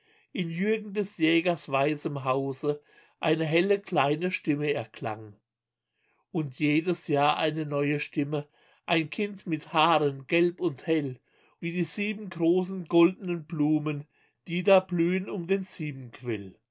in jürgen des jägers weißem hause eine helle kleine stimme erklang und jedes jahr eine neue stimme ein kind mit haaren gelb und hell wie die sieben großen goldnen blumen die da blühen um den